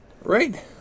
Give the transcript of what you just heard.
Right